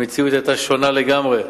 המציאות היתה שונה לגמרי.